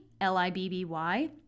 L-I-B-B-Y